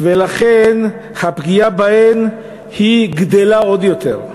ולכן הפגיעה בהן גדולה עוד יותר.